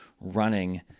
running